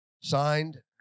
signed